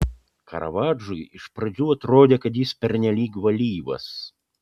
karavadžui iš pradžių atrodė kad jis pernelyg valyvas